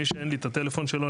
מי שאין לי את הטלפון שלו,